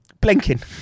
Blinking